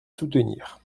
soutenir